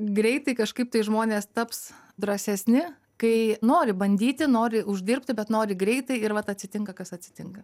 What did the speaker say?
greitai kažkaip tai žmonės taps drąsesni kai nori bandyti nori uždirbti bet nori greitai ir vat atsitinka kas atsitinka